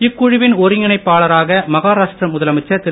இக்குழுவின் ஒருங்கிணைப்பாளராக மகாராஷ்டிரா முதலமைச்சர் திரு